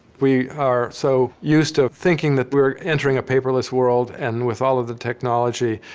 we are so used to thinking that we're entering a paperless world, and with all of the technology,